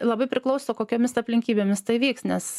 labai prilauso kokiomis aplinkybėmis tai vyks nes